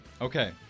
Okay